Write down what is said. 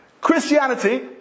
Christianity